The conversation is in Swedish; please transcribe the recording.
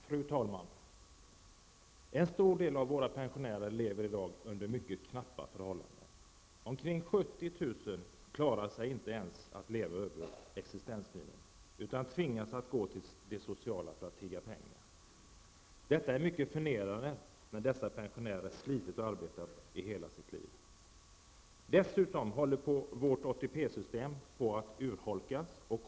Fru talman! En stor del av våra pensionärer lever i dag under mycket knappa förhållanden. Omkring 70 000 klarar inte ens att leva över existensminimum utan tvingas att gå till det sociala för att tigga pengar. Detta är mycket förnedrande med tanke på att dessa pensionärer har slitit och arbetat hela sitt liv. Dessutom håller vårt ATP-system på att urholkas.